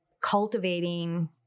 cultivating